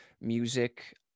music